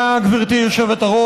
תודה, גברתי היושבת-ראש.